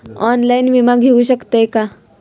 Online विमा घेऊ शकतय का?